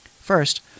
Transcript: First